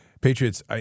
Patriots